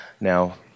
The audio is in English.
now